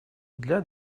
для